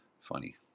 funny